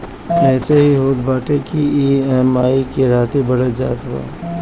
एसे इ होत बाटे की इ.एम.आई के राशी बढ़ जात बा